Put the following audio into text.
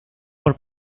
por